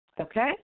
okay